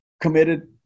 committed